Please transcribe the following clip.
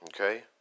okay